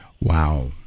Wow